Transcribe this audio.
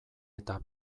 eta